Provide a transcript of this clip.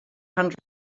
hundred